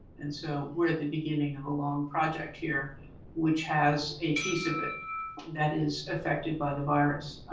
and so we're at the beginning of a long project here which has a piece of it that is affected by the virus.